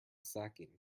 sacking